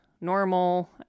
normal